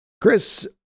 Chris